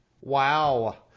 Wow